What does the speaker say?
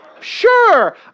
Sure